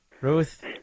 Ruth